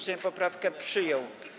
Sejm poprawkę przyjął.